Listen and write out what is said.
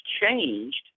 changed